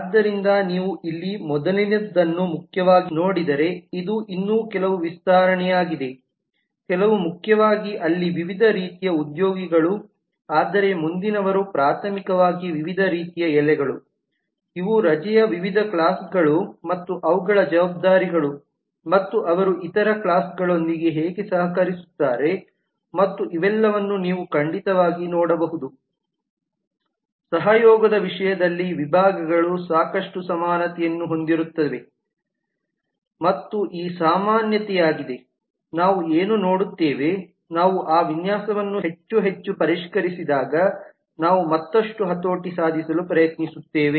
ಆದ್ದರಿಂದ ನೀವು ಇಲ್ಲಿ ಮೊದಲಿನದನ್ನು ಮುಖ್ಯವಾಗಿ ನೋಡಿದರೆ ಇದು ಇನ್ನೂ ಕೆಲವು ವಿಸ್ತರಣೆಯಾಗಿದೆ ಕೆಲವು ಮುಖ್ಯವಾಗಿ ಅಲ್ಲಿ ವಿವಿಧ ರೀತಿಯ ಉದ್ಯೋಗಿಗಳು ಆದರೆ ಮುಂದಿನವರು ಪ್ರಾಥಮಿಕವಾಗಿ ವಿವಿಧ ರೀತಿಯ ಎಲೆಗಳು ಇವು ರಜೆಯ ವಿವಿಧ ಕ್ಲಾಸ್ಗಳು ಮತ್ತು ಅವುಗಳ ಜವಾಬ್ದಾರಿಗಳು ಮತ್ತು ಅವರು ಇತರ ಕ್ಲಾಸ್ ಗಳೊಂದಿಗೆ ಹೇಗೆ ಸಹಕರಿಸುತ್ತಾರೆ ಮತ್ತು ಇವೆಲ್ಲವನ್ನೂ ನೀವು ಖಂಡಿತವಾಗಿ ನೋಡಬಹುದು ಸಹಯೋಗದ ವಿಷಯದಲ್ಲಿ ವಿಭಾಗಗಳು ಸಾಕಷ್ಟು ಸಮಾನತೆಯನ್ನು ಹೊಂದಿರುತ್ತವೆ ಮತ್ತು ಈ ಸಾಮಾನ್ಯತೆಯಾಗಿದೆ ನಾವು ಏನು ನೋಡುತ್ತೇವೆ ನಾವು ಆ ವಿನ್ಯಾಸವನ್ನು ಹೆಚ್ಚು ಹೆಚ್ಚು ಪರಿಷ್ಕರಿಸಿದಾಗ ನಾವು ಮತ್ತಷ್ಟು ಹತೋಟಿ ಸಾಧಿಸಲು ಪ್ರಯತ್ನಿಸುತ್ತೇವೆ